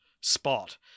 Spot